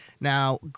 Now